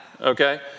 okay